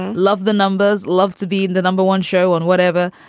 and love the numbers. love to be and the number one show on whatever.